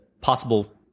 possible